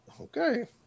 Okay